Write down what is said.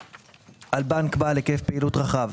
- "על בנק בעל היקף פעילות רחב,